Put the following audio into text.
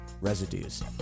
residues